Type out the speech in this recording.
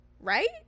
right